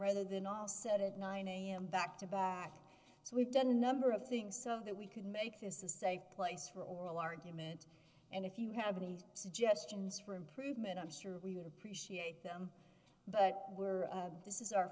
rather than all set at nine am back to back so we've done a number of things of that we can make this a safe place for oral argument and if you have any suggestions for improvement i'm sure we would appreciate them but were of this is our